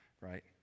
right